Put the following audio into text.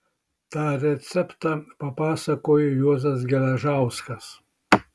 tą receptą papasakojo juozas geležauskas